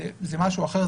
זה משהו אחר,